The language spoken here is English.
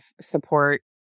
support